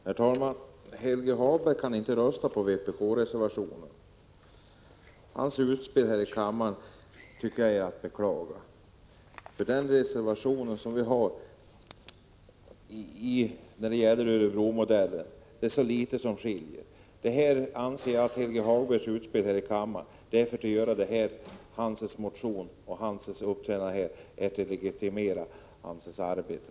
Herr talman! Helge Hagberg kan inte rösta på vpk-reservationen. Hans utspel här i kammaren är att beklaga. Den reservation beträffande Örebromodellen som vpk har fogat till betänkandet skiljer sig mycket litet från den socialdemokratiska motionen. Helge Hagbergs utspel här i kammaren och hans motion är enbart till för att legitimera hans arbete.